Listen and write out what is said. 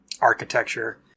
architecture